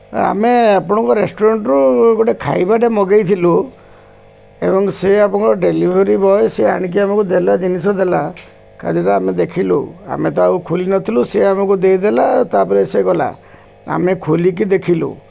ଆମେ ଆପଣଙ୍କ ରେଷ୍ଟୁରାଣ୍ଟ୍ରୁ ଗୋଟେ ଖାଇବାଟେ ମଗେଇଥିଲୁ ଏବଂ ସେ ଆପଣଙ୍କ ଡେଲିଭରି ବଏ ସେ ଆଣିକି ଆମକୁ ଦେଲା ଜିନିଷ ଦେଲା କାଲିରେ ଆମେ ଦେଖିଲୁ ଆମେ ତ ଆଉ ଖୋଲି ନଥିଲୁ ସେ ଆମକୁ ଦେଇଦେଲା ତା'ପରେ ସେ ଗଲା ଆମେ ଖୋଲିକି ଦେଖିଲୁ